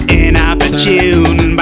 inopportune